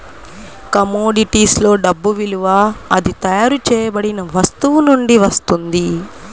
commodities లో డబ్బు విలువ అది తయారు చేయబడిన వస్తువు నుండి వస్తుంది